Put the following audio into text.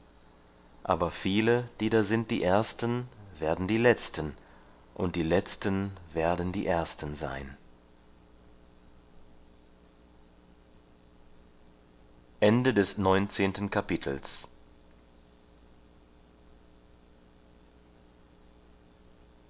aber viele die da sind die ersten werden die letzten und die letzten werden die ersten sein